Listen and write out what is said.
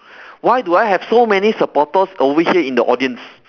why do I have so many supporters over here in the audience